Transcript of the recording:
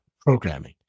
programming